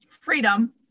Freedom